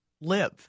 live